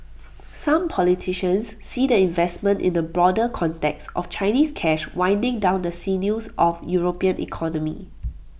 some politicians see the investment in the broader context of Chinese cash winding around the sinews of european economy